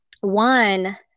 one